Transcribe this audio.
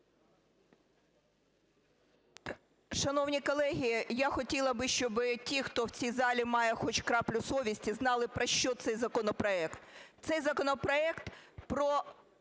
Шановні колеги, я хотіла би, щоб ті, хто в цій залі має хоч краплю совісті, знали про що цей законопроект. Цей законопроект про